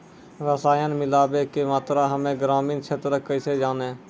रसायन मिलाबै के मात्रा हम्मे ग्रामीण क्षेत्रक कैसे जानै?